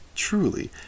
truly